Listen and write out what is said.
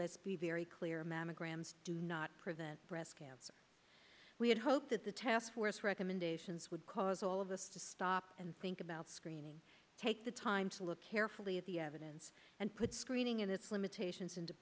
be very clear mammograms do not prevent breast cancer we had hoped at the task force recommendations would cause all of us to stop and think about screening take the time to look carefully at the evidence and put screening and its limitations into